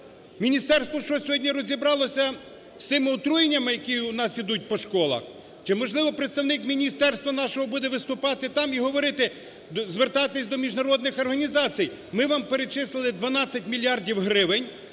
Міністерство що, сьогодні розібралося з тими отруєннями, які у нас ідуть по школах? Чи, можливо, представник міністерства нашого буде виступати там і говорити, звертатись до міжнародних організацій? Ми вам перечислили 12 мільярдів гривень,